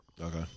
Okay